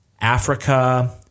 Africa